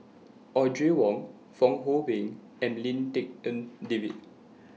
Audrey Wong Fong Hoe Beng and Lim Tik En David